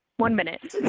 one minute